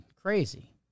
Crazy